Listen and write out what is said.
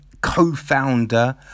co-founder